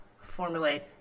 formulate